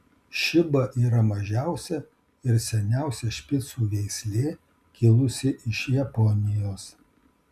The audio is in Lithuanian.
šiba yra mažiausia ir seniausia špicų veislė kilusi iš japonijos